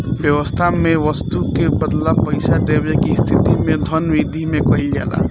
बेवस्था में बस्तु के बदला पईसा देवे के स्थिति में धन बिधि में कइल जाला